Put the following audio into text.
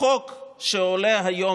החוק שעולה היום,